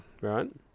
Right